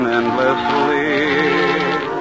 Endlessly